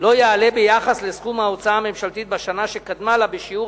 לא יעלה ביחס לסכום ההוצאה הממשלתית בשנה שקדמה לה בשיעור